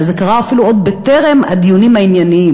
אבל זה קרה אפילו עוד טרם הדיונים הענייניים.